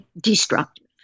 destructive